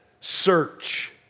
search